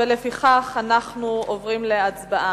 ולפיכך אנחנו עוברים להצבעה.